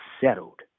settled